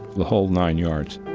the whole nine yards